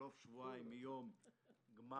שבחלוף שבועיים מגמר